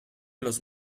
los